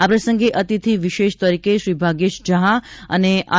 આ પ્રસંગે અતિથિ વિશેષ તરીકે શ્રી ભાગ્યેશ જહા અને આર